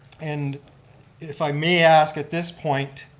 and if i may ask at this point,